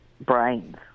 brains